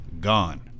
gone